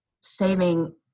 saving